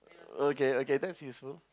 okay okay that's useful